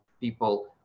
people